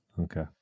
Okay